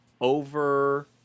over